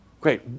Great